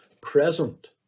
present